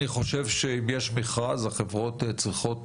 אני חושב שאם יש מכרז החברות צריכות